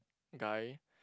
guy